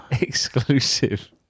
exclusive